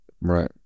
Right